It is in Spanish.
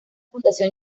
fundación